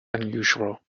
unusual